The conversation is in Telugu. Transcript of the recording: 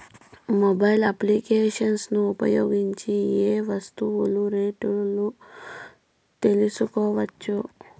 మొబైల్ అప్లికేషన్స్ ను ఉపయోగించి ఏ ఏ వస్తువులు రేట్లు తెలుసుకోవచ్చును?